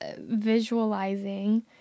visualizing